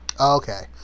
Okay